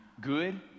good